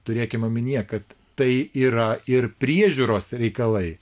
turėkim omenyje kad tai yra ir priežiūros reikalai